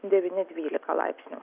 devyni dvylika laipsnių